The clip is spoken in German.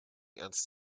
ernst